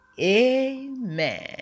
Amen